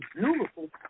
beautiful